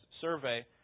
survey